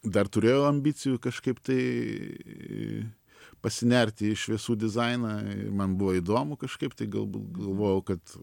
dar turėjau ambicijų kažkaip tai pasinerti į šviesų dizainą man buvo įdomu kažkaip tai gal galvojau kad